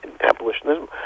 abolitionism